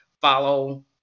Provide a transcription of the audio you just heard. follow